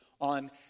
on